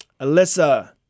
Alyssa